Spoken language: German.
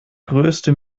größte